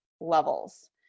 levels